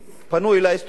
פנו אלי סטודנטים: